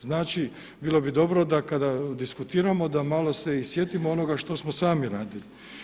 Znači bilo bi dobro da kada diskutiramo da malo se i sjetimo onoga što smo sami raditi.